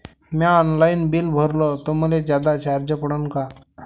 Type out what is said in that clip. म्या online bill भरलं तर मले जादा चार्ज पडन का?